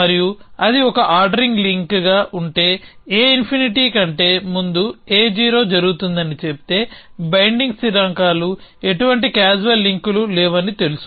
మరియు అది ఒక ఆర్డరింగ్ లింక్గా ఉంటేA∞ కంటే ముందు A0 జరుగుతుందని చెబితే బైండింగ్ స్థిరాంకాలు ఎటువంటి క్యాజువల్ లింక్లు లేవని తెలుసు